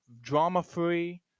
drama-free